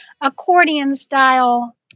accordion-style